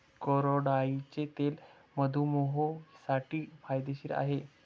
करडईचे तेल मधुमेहींसाठी फायदेशीर आहे